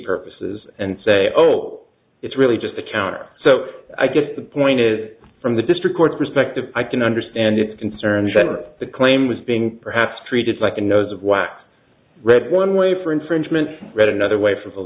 purposes and say oh it's really just a counter so i guess the point is from the district court perspective i can understand it concerns that the claim was being perhaps treated like a nose was read one way for infringement read another way for